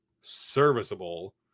serviceable